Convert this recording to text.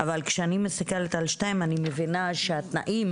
אבל כשאני מסתכלת על (2) אני מבינה שהתנאים,